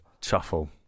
truffle